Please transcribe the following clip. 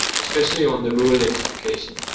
especially on the rural electrification.